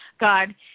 god